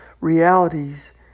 realities